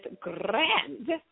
grand